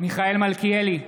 מיכאל מלכיאלי,